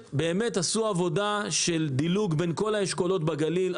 עבודה של דילוג בין כל האשכולות בגליל.